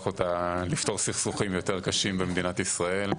אותה לפתור סכסוכים יותר קשים במדינת ישראל.